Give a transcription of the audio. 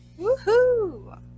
Woohoo